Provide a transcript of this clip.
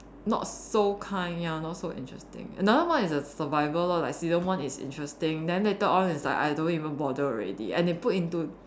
not so kind ya not so interesting another one is the survival lor like season one is interesting then later on is like I don't even bother already and they put into